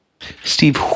Steve